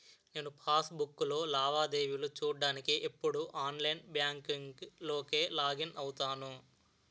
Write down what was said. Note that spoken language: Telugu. నేను పాస్ బుక్కులో లావాదేవీలు చూడ్డానికి ఎప్పుడూ ఆన్లైన్ బాంకింక్ లోకే లాగిన్ అవుతాను